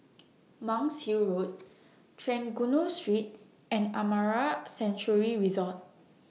Monk's Hill Road Trengganu Street and Amara Sanctuary Resort